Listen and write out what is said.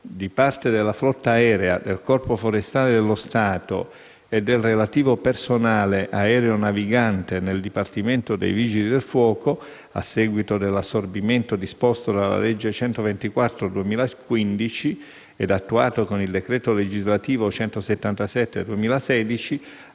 di parte della flotta aerea del Corpo forestale dello Stato e del relativo personale aeronavigante nel Dipartimento dei vigili del fuoco, a seguito dell'assorbimento disposto dalla legge n. 124 del 2015 e attuato con il decreto legislativo n. 177 del 2016,